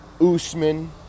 usman